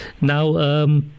Now